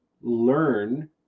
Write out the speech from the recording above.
learn